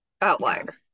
outlier